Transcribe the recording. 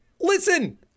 listen